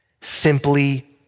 simply